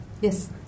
Yes